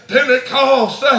Pentecost